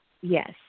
yes